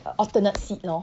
uh alternate seat lor